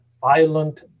violent